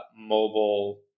mobile